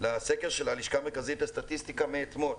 לסקר של הלשכה המרכזית לסטטיסטיקה מאתמול: